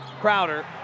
Crowder